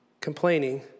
complaining